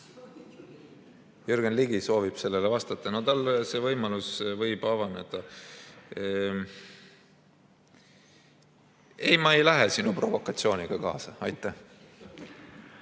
Jürgen Ligi soovib sellele vastata, talle see võimalus võib avaneda. Ei, ma ei lähe sinu provokatsiooniga kaasa. Õige!